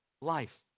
life